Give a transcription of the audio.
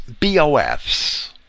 BOFs